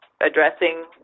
addressing